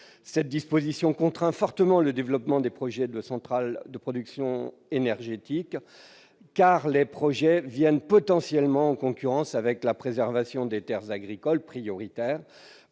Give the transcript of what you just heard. Cette disposition contraint fortement le développement de projets de centrales de production énergétique, car les projets viennent potentiellement en concurrence avec la préservation des terres agricoles- prioritaire